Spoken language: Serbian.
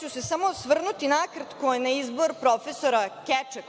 ću se samo osvrnuti nakratko na izbor profesora Keče,